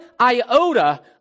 iota